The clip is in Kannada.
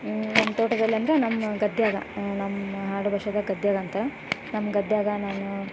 ನಮ್ಮ ತೋಟದಲ್ಲಿ ಅಂದರೆ ನಮ್ಮ ಗದ್ಯಾಗ ನಮ್ಮಹಾಡು ಭಾಷೆದಾಗ ಗದ್ಯಾಗ ಅಂತಾರೆ ನಮ್ಮ ಗದ್ಯಾಗ ನಾನು